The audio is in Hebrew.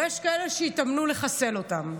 ויש כאלה שהתאמנו לחסל אותם,